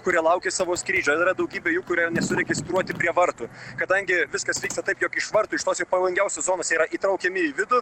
kurie laukia savo skrydžioir yra daugybė jų kurie nesuregistruoti prie vartų kadangi viskas vyksta taip jog iš vartų iš tos jau pavojingiausios zonos jie yra įtraukiami į vidų